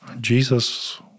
Jesus